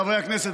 חברי הכנסת,